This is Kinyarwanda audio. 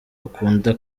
akunda